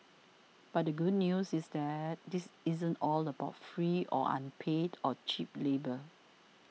but the good news is that this isn't all about free or unpaid or cheap labour